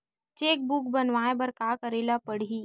Cheque book बनवाय बर का करे ल पड़हि?